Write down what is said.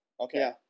Okay